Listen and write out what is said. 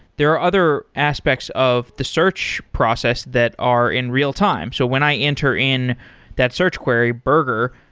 there are other aspects of the search process that are in real-time. so when i enter in that search query burger,